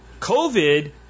COVID